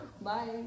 Bye